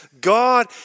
God